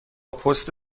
پست